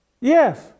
yes